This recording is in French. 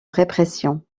répression